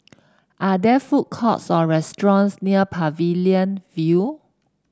are there food courts or restaurants near Pavilion View